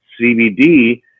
CBD